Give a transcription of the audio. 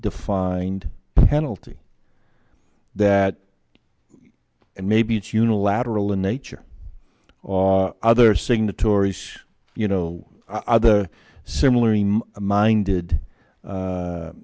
defined penalty that and maybe it's unilateral in nature all other signatories you know other similar minded